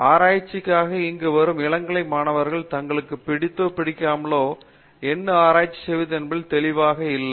ஆராய்ச்சிக்காக இங்கு வரும் இளங்கலை மாணவர்கள் தங்களுக்கு பிடித்தோ பிடிக்காமலோ என்ன ஆராய்ச்சி செய்வது என்பதில் தெளிவு கொள்வதில்லை